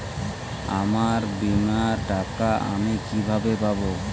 আমার বীমার টাকা আমি কিভাবে পাবো?